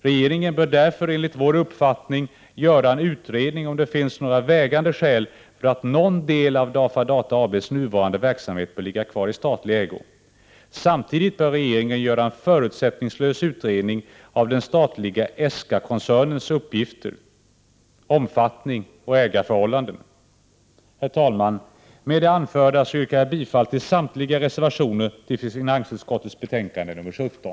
Regeringen bör därför enligt vår uppfattning göra en utredning för att ta reda på om det finns några vägande skäl för att någon del av DAFA Data AB:s nuvarande verksamhet bör kvarligga i statlig ägo. Samtidigt bör regeringen göra en förutsättningslös utredning av den statliga ESKA koncernens uppgifter, omfattning och ägarförhållanden. Herr talman! Med det anförda yrkar jag bifall till samtliga reservationer fogade till finansutskottets betänkande nr 17.